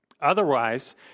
Otherwise